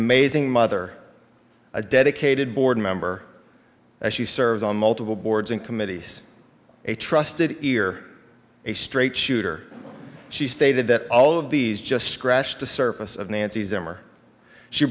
amazing mother a dedicated board member as she serves on multiple boards and committees a trusted ear a straight shooter she stated that all of these just scratched the surface of nancy's emer she